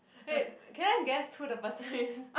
wait can I guess who the person is